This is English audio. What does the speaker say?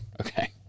Okay